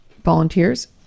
volunteers